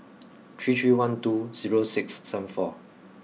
three three one two zero six seven four